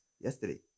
yesterday